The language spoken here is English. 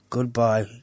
Goodbye